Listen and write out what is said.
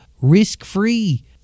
risk-free